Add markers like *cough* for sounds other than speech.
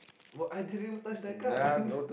what I didn't even touch that card *laughs*